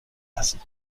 lassen